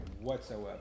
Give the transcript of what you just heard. whatsoever